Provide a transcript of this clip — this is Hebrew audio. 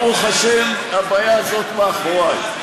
ברוך השם, הבעיה הזאת מאחורי.